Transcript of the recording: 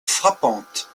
frappante